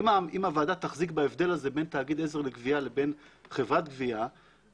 אם הוועדה תחזיק בהבדל הזה בין תאגיד עזר לגבייה לבין חברת גבייה,